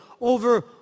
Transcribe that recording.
over